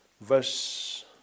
verse